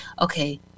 okay